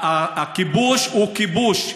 הכיבוש הוא כיבוש,